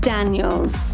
Daniels